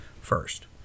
first